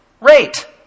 rate